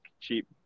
cheap